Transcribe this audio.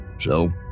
So